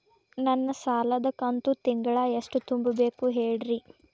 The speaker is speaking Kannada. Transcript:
ನನ್ನ ಸಾಲದ ಕಂತು ತಿಂಗಳ ಎಷ್ಟ ತುಂಬಬೇಕು ಹೇಳ್ರಿ?